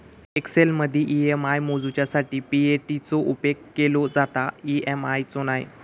एक्सेलमदी ई.एम.आय मोजूच्यासाठी पी.ए.टी चो उपेग केलो जाता, ई.एम.आय चो नाय